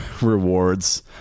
rewards